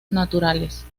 naturales